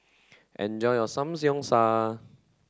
enjoy your Samg